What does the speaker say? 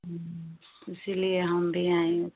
इसीलिए हम भी आई